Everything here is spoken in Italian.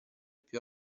più